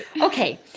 Okay